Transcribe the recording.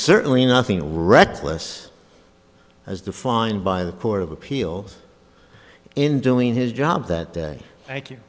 certainly nothing reckless as defined by the court of appeal in doing his job that day thank you